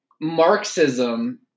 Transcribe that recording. Marxism